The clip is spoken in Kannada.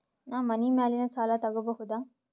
ನಾ ಮನಿ ಮ್ಯಾಲಿನ ಸಾಲ ತಗೋಬಹುದಾ?